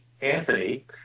Anthony